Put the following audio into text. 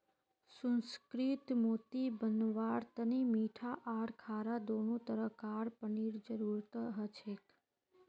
सुसंस्कृत मोती बनव्वार तने मीठा आर खारा दोनों तरह कार पानीर जरुरत हछेक